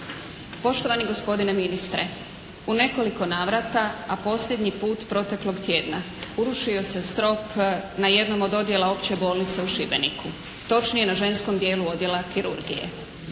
Poštovani gospodine ministre, u nekoliko navrata a posljednji put proteklog tjedna urušio se strop na jednom od odjela Opće bolnice u Šibeniku, točnije na ženskom dijelu Odjela kirurgije.